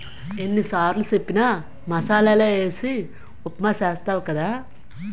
ఎన్ని సారులు చెప్పిన మసాలలే వేసి ఉప్మా చేస్తావు కదా